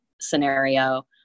scenario